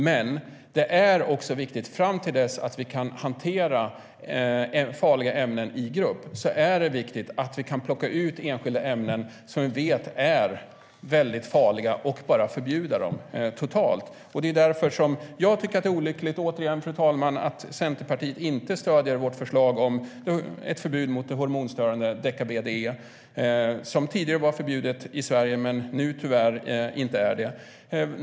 Men fram till dess att vi kan hantera farliga ämnen i grupp är det viktigt att vi kan plocka ut enskilda ämnen som vi vet är väldigt farliga och bara totalförbjuda dem. Det är därför som jag tycker att det är olyckligt att Centerpartiet inte stöder vårt förslag om förbud av hormonstörande Deka-BDE som tidigare var förbjudet i Sverige, men som nu tyvärr inte är det.